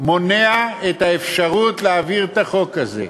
מונע את האפשרות להעביר את החוק הזה.